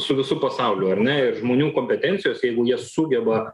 su visu pasauliu ar ne ir žmonių kompetencijos jeigu jie sugeba